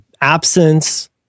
absence